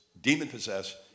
demon-possessed